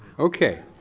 okay.